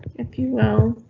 if you.